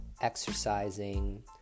exercising